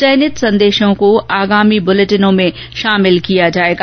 चयनित संदेशों को आगामी बुलेटिनों में शामिल किया जाएगा